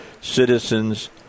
citizens